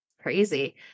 Crazy